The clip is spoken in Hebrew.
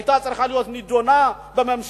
שהיתה צריכה להיות נדונה בממשלה.